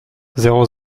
zéro